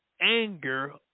Anger